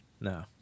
No